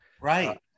Right